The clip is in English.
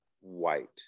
white